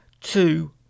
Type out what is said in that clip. two